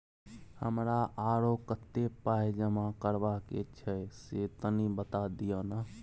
हमरा आरो कत्ते पाई जमा करबा के छै से तनी बता दिय न?